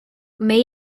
may